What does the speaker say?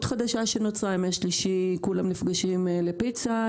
חדשה שנוצרה בימי שלישי כולם נפגשים לפיצה,